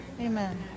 Amen